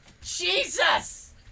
Jesus